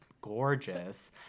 gorgeous